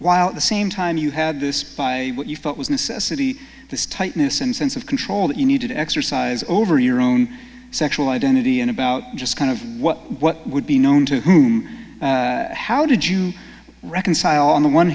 while at the same time you had this by what you felt was necessity this tightness and sense of control that you need to exercise over your own sexual identity and about just kind of what would be known to how did you reconcile on the one